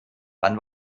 wann